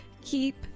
keep